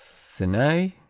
thenay